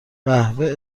قوه